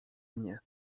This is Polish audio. mnie